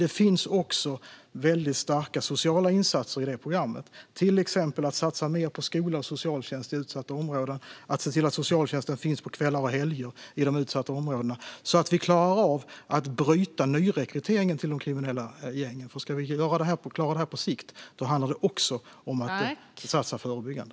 Det finns också starka sociala insatser i programmet, till exempel att satsa mer på skola och socialtjänst i utsatta områden och se till att socialtjänsten finns i de utsatta områdena på kvällar och helger så att vi klarar av att bryta nyrekryteringen till de kriminella gängen. Om vi ska klara detta på sikt handlar det om att också satsa förebyggande.